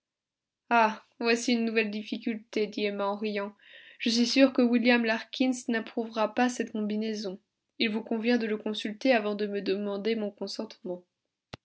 ah voici une nouvelle difficulté dit emma en riant je suis sûre que william larkins n'approuvera pas cette combinaison il vous convient de le consulter avant de me demander mon consentement